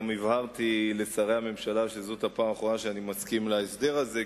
אני גם הבהרתי לשרי הממשלה שזאת הפעם האחרונה שאני מסכים להסדר הזה,